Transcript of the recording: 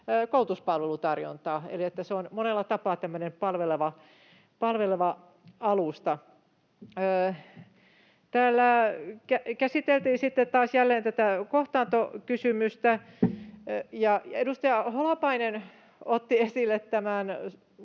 koulutuspalvelutarjontaa, eli se on monella tapaa tämmöinen palveleva alusta. Täällä käsiteltiin taas jälleen tätä kohtaantokysymystä. Edustaja Holopainen otti esille nämä